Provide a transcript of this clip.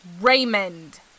Raymond